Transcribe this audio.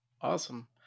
awesome